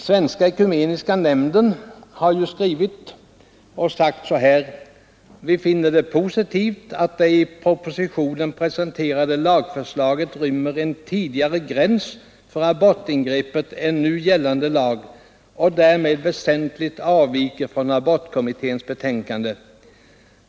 Svenska ekumeniska nämnden har skrivit så här: ”Vi finner det positivt, att det i propositionen presenterade lagförslaget rymmer en tidigare gräns för abortingreppet än nu gällande lag och därmed väsentligt avviker från abortkommitténs betänkande.